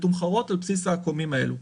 מתומחרות על בסיס העקומים האלה.